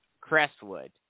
Crestwood